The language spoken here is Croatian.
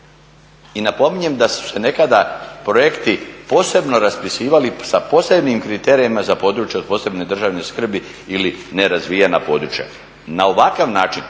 I napominjem da su se nekada projekti posebno raspisivali sa posebnim kriterijima za područje od posebne državne skrbi ili nerazvijena područja. Na ovakav način